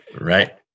right